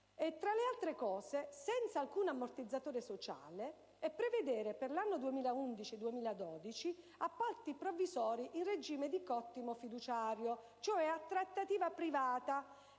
tra l'altro senza alcun ammortizzatore sociale, e prevedere per l'anno 2011-2012 appalti provvisori in regime di cottimo fiduciario, cioè a trattativa privata: